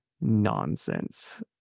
nonsense